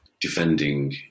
defending